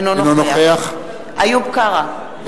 אינו נוכח איוב קרא,